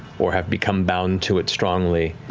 or have become bound to it strongly,